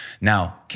Now